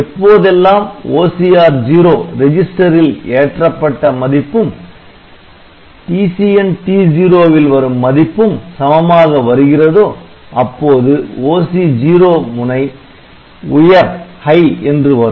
எப்போதெல்லாம் OCR0 ரிஜிஸ்டரில் ஏற்றப்பட்ட மதிப்பும் TCNT0 வில் வரும் மதிப்பும் சமமாக வருகிறதோ அப்போது OC0 முனை 'உயர்' என்று வரும்